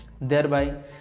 thereby